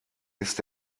ist